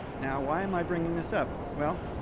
now why am i bringing this up? well,